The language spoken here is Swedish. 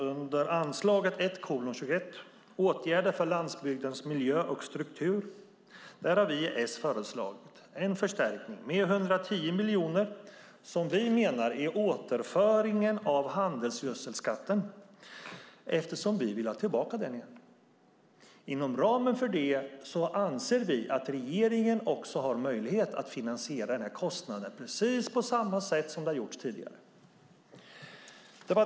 Under anslaget 1:21, åtgärder för landsbygdens miljö och struktur, har vi socialdemokrater föreslagit en förstärkning med 110 miljoner som vi menar är återföringen av handelsgödselskatten eftersom vi vill ha tillbaka den. Inom ramen för det anser vi att regeringen har möjlighet att finansiera den här kostnaden på precis samma sätt som tidigare.